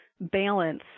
balance